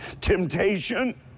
temptation